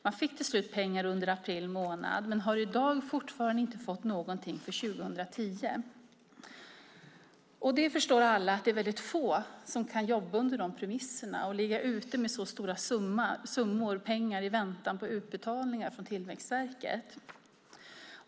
Man fick till slut pengar under april månad men har i dag fortfarande inte fått någonting för 2010. Alla förstår att det är väldigt få som kan jobba under de premisserna och ligga ute med så stora summor i väntan på utbetalningar från Tillväxtverket.